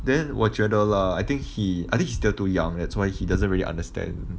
then 我觉得 lah I think he I think he's still too young that's why he doesn't really understand